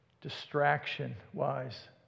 distraction-wise